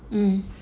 mm